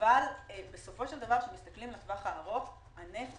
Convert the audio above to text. אבל בסופו של דבר כשמסתכלים לטווח הארוך הנפט